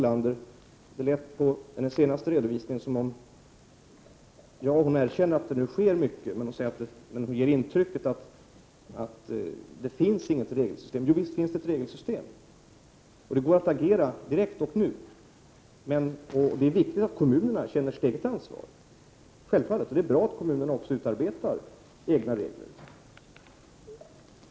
Slutligen: Det lät på Gunhild Bolanders senaste redovisning som om hon erkänner att det nu sker mycket, men hon ger i sitt inlägg intrycket att det inte finns något regelsystem. Jo, visst finns det ett regelsystem. Det går att agera direkt också. Det är viktigt att kommunerna känner sitt eget ansvar, och det är bra att kommunerna också utarbetar egna regler.